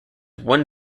one